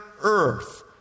earth